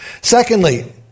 secondly